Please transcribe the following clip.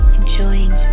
enjoying